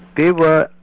they were,